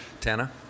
Tana